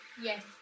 Yes